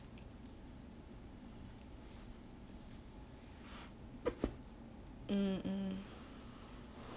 mm mm